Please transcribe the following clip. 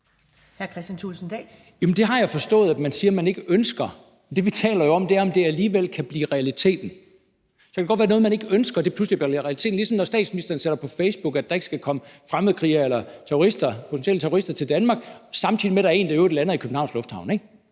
(DF): Det har jeg forstået at man siger at man ikke ønsker. Men det, vi taler om, er, om det alligevel kan blive realiteten. Det kan godt være, at noget, som man ikke ønsker, pludselig bliver en realitet, ligesom når statsministeren siger på Facebook, at der ikke skal komme fremmedkrigere eller terrorister, potentielle terrorister, til Danmark, samtidig med at der i øvrigt er en, der lander i Københavns Lufthavn.